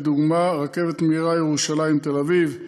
לדוגמה רכבת מהירה ירושלים תל-אביב,